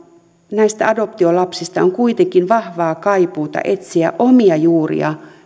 näistä adoptiolapsista on kuitenkin vahvaa kaipuuta etsiä omia juuria